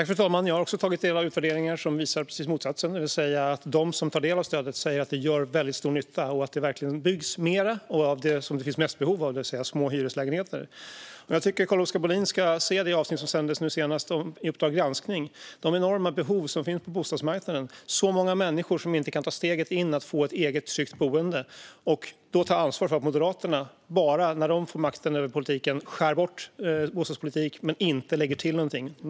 Fru talman! Jag har också tagit del av utvärderingar som visar motsatsen - att de som tar del av stödet säger att det gör väldigt stor nytta och att det verkligen byggs mer av det som det finns mest behov av, det vill säga små hyreslägenheter. Jag tycker att Carl-Oskar Bohlin ska se det senaste avsnittet av Uppdrag granskning om de enorma behov som finns på bostadsmarknaden - det är så många människor som inte kan ta steget in och få ett eget tryggt boende - och ta ansvar för att Moderaterna när man får makten över politiken skär bort bostadspolitik men inte lägger till någonting.